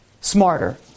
smarter